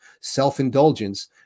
self-indulgence